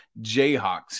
Jayhawks